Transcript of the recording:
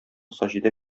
саҗидә